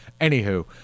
Anywho